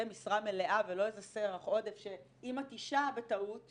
משרה מלאה ולא איזה סרח עודף שאם את אישה בטעות,